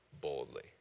boldly